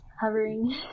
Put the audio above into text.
hovering